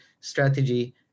strategy